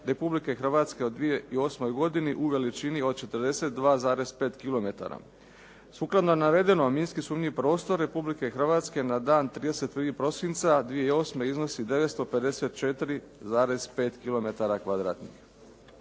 Republike Hrvatske u 2008. godini u veličini od 42,5 kilometara. Sukladno navedenom, minski sumnjiv prostor Republike Hrvatske na dan 31. prosinca 2008. iznosi 954,5